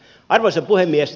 arvoisa puhemies